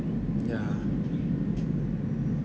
yeah